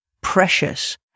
precious